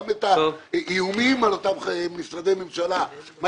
גם את האיומים על אותם משרדי משלה מה